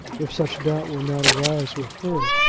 if such doubt were now to arise with her,